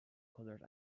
colored